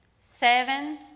seven